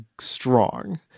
strong